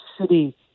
city